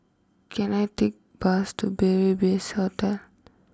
can I take bus to Beary best Hostel